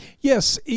Yes